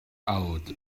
out